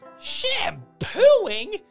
Shampooing